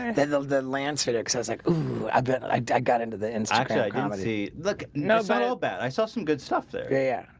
and then the the land physics is like i bet i i got into the impact i comedy look nobody'll bet i saw some good stuff there. yeah yeah,